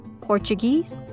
Portuguese